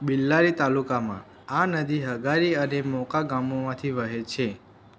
બેલ્લારી તાલુકામાં આ નદી હગારી અને મોકા ગામોમાંથી વહે છે